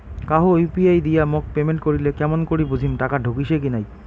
কাহো ইউ.পি.আই দিয়া মোক পেমেন্ট করিলে কেমন করি বুঝিম টাকা ঢুকিসে কি নাই?